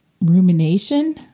rumination